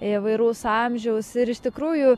įvairaus amžiaus ir iš tikrųjų